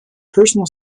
personal